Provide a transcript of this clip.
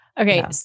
Okay